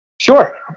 Sure